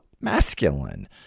masculine